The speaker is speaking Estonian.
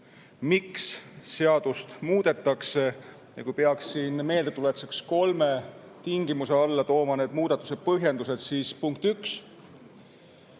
miks seadust muudetakse. Kui peaks siin meeldetuletuseks kolme tingimuse alla tooma need muudatuse põhjendused, siis [need